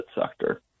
sector